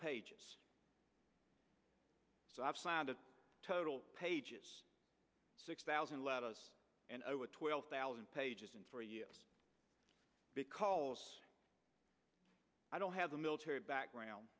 pages so i've signed a total pages six thousand let us and over twelve thousand pages in for a year because i don't have the military background